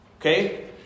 Okay